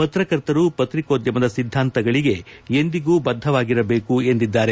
ಪತ್ರಕರ್ತರು ಪತ್ರಿಕೋದ್ಯಮದ ಸಿದ್ಧಾಂತಗಳಿಗೆ ಎಂದಿಗೂ ಬದ್ಧವಾಗಿರಬೇಕು ಎಂದಿದ್ದಾರೆ